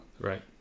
Right